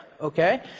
okay